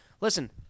listen